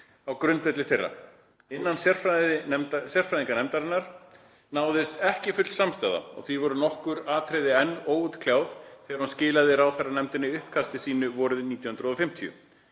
á grundvelli þeirra. Innan sérfræðinganefndarinnar náðist ekki full samstaða og voru því nokkur atriði enn óútkljáð þegar hún skilaði ráðherranefndinni uppkasti sínu vorið 1950.